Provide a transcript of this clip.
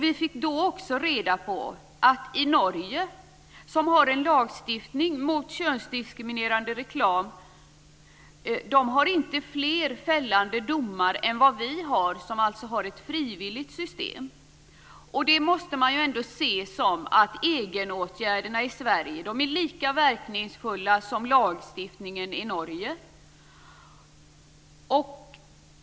Vi fick då reda på att i Norge, som har en lagstiftning mot könsdiskriminerande reklam, finns det inte fler fällande domar än vad vi har med ett frivilligt system. Det ser jag som att egenåtgärderna i Sverige är lika verkningsfulla som lagstiftningen i Norge.